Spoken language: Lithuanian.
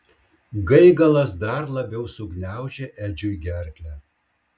gaigalas dar labiau sugniaužė edžiui gerklę